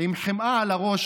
עם חמאה על הראש,